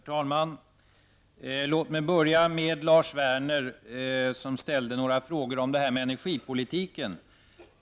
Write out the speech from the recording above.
Herr talman! Låt mig börja med Lars Werner, som ställde några frågor om energipolitiken.